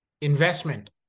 investment